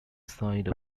side